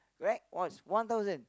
right was one thousand